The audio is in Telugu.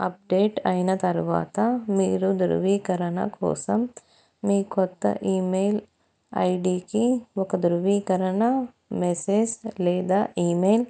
అప్డేట్ అయిన తర్వాత మీరు దృవీకరణ కోసం మీ కొత్త ఈమెయిల్ ఐడీకి ఒక ధృవీకరణ మెసేజ్ లేదా ఈమెయిల్